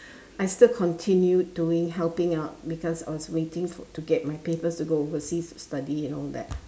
I still continued doing helping out because I was waiting for to get my papers to go overseas to study and all that